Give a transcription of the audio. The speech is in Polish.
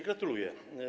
Gratuluję.